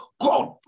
God